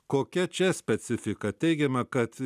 kokia čia specifika teigiama kad